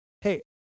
Hey